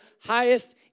highest